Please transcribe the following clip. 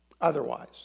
otherwise